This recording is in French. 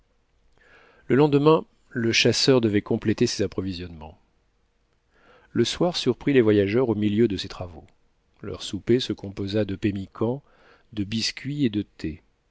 le lendemain le chasseur devait compléter ses approvisionnements le soir surprit les voyageurs au milieu de ces travaux leur souper se composa de pemmican de biscuits et de thé